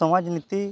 ᱥᱟᱢᱟᱡᱽᱱᱤᱛᱤ